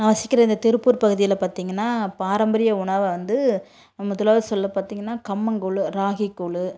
நான் வசிக்கிற இந்த திருப்பூர் பகுதியில் பார்த்திங்கன்னா பாரம்பரிய உணவை வந்து முதலாவது சொல்லப் பார்த்திங்கன்னா கம்மங்கூழு ராகி கூழு